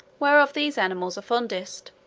whereof these animals are fondest